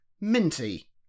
minty